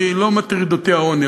לא מטריד אותי העוני.